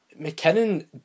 McKinnon